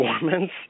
performance